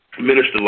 Minister